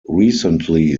recently